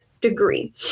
degree